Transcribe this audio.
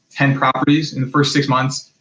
ten properties in the first six months.